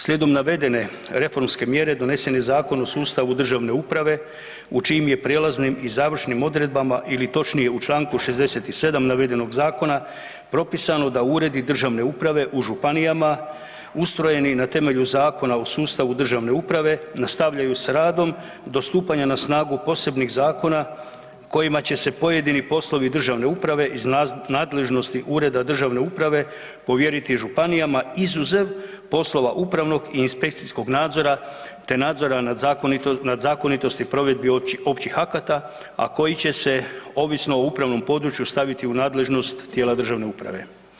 Slijedom navedene reformske mjere donesen je Zakon o sustavu državne uprave u čijim je prijelaznim i završnim odredbama ili točnije u članku 67. navedenog Zakona propisano da Uredi državne uprave u Županijama, ustrojeni na temelju Zakona o sustavu državne uprave nastavljaju s radom do stupanja na snagu posebnih zakona kojima će se pojedini poslovi državne uprave iz nadležnosti Ureda državne uprave povjeriti Županijama, izuzev poslova upravnog i inspekcijskog nadzora, te nadzora nad zakonitosti provedbi općih akata a koji će se ovisno o upravnom području staviti u nadležnost tijela državne uprave.